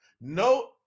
No